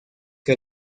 que